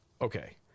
Okay